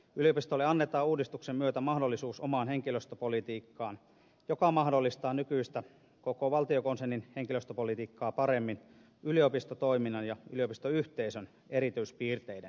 yliopistoille annetaan uudistuksen myötä mahdollisuus omaan henkilöstöpolitiikkaan joka mahdollistaa nykyistä koko valtiokonsernin henkilöstöpolitiikkaa paremmin yliopistotoiminnan ja yliopistoyhteisön erityispiirteiden huomioon ottamisen